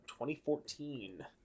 2014